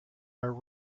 are